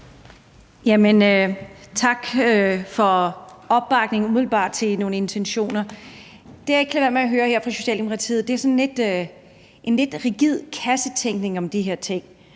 Tak for opbakningen – umiddelbart – til nogle intentioner. Det, jeg ikke kan lade være med at høre her fra Socialdemokratiet, er sådan en lidt rigid kassetænkning om de her ting.